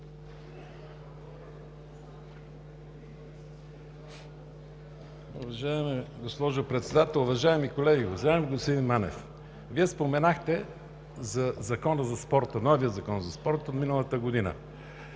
Вие споменахте за новия Закон за спорта от миналата година.